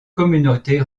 communautés